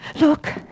Look